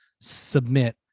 Submit